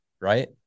right